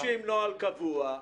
מגבשים נוהל קבוע,